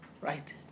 right